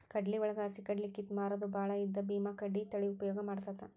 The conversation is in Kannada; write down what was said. ಕಡ್ಲಿವಳಗ ಹಸಿಕಡ್ಲಿ ಕಿತ್ತ ಮಾರುದು ಬಾಳ ಇದ್ದ ಬೇಮಾಕಡ್ಲಿ ತಳಿ ಉಪಯೋಗ ಮಾಡತಾತ